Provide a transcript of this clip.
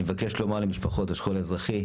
אני מבקש לומר למשפחות השכול האזרחי: